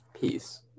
peace